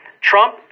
Trump